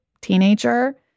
teenager